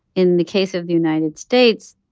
in the case of the united states,